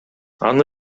аны